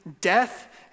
death